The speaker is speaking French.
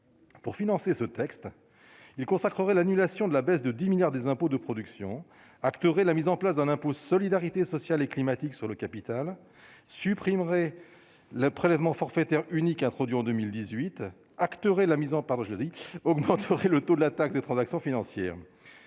Pour financer ce texte il consacrerait l'annulation de la baisse de 10 milliards des impôts de production, acteurs et la mise en place d'un impôt solidarité sociale et climatique sur le capital supprimerait le prélèvement forfaitaire unique, introduit en 2018 acteurs et la mise en page, le dit : pas de forfait, le taux de la taxe des transactions financières,